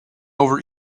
over